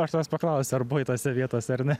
aš tavęs paklausiu ar buvai tose vietose ar ne